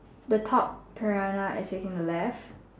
the top piranha is facing the left